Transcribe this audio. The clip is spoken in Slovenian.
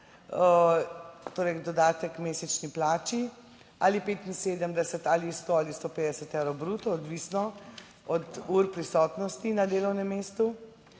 torej dodatek k mesečni plači ali 75 ali 100 ali 150 evrov bruto, odvisno od ur prisotnosti na delovnem mestu,